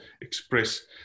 express